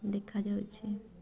ଦେଖାଯାଉଛି